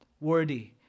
worthy